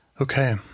Okay